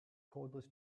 cordless